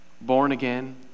born-again